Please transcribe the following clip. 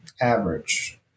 Average